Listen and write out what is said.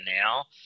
now